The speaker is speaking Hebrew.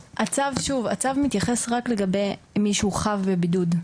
הצו מתייחס רק לגבי מי שהוא חב בבידוד,